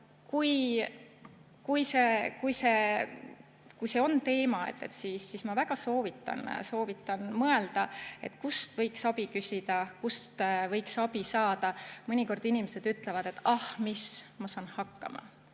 kui see on teema, siis ma väga soovitan mõelda, kust võiks abi küsida, kust võiks abi saada. Mõnikord inimesed ütlevad: "Ah, mis, ma saan hakkama."